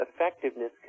Effectiveness